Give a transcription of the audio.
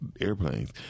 airplanes